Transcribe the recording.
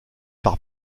par